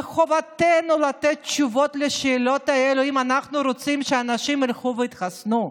וחובתנו לתת תשובות על השאלות האלה אם אנחנו רוצים שאנשים ילכו ויתחסנו.